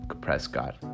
Prescott